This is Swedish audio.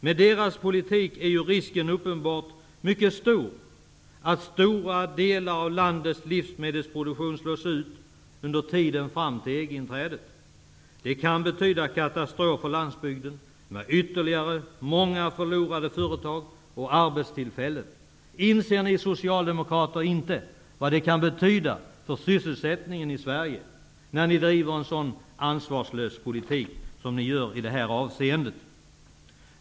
Med deras politik är risken uppenbart mycket stor för att stora delar av landets livsmedelsproduktion slås ut under tiden fram till EG-inträdet. Det kan betyda en katastrof för landsbygden, med ytterligare många förlorade företag och arbetstillfällen. Inser ni socialdemokrater inte vad det kan betyda för sysselsättningen i Sverige när ni driver en så ansvarslös politik som ni gör i det här avseendet?